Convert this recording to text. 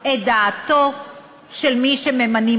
את דעתו של מי שממנים,